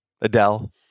Adele